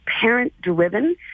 parent-driven